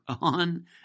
on